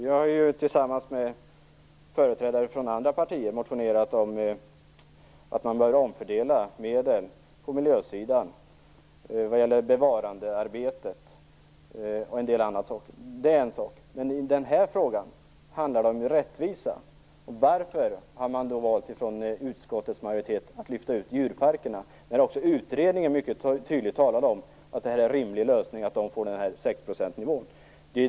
Vi har tillsammans med företrädare för andra partier motionerat om en omfördelning av medel på miljösidan vad gäller bevarandearbetet etc. Men i den här frågan handlar det om rättvisa. Varför har då utskottets majoritet valt att lyfta ut djurparkerna, när också utredningen mycket tydligt talar om att nivån 6 % vore en rimlig lösning?